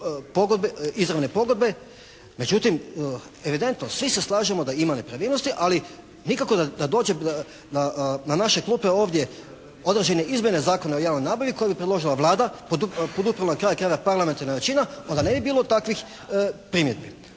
izravne pogodbe. Međutim, evidentno svi se slažemo da ima nepravilnosti ali nikako da dođe na naše klupe ovdje određene izmjene Zakona o javnoj nabavi koje bi predložila Vlada, poduprla na kraju krajeva parlamentarna većina onda ne bi bilo takvih primjedbi.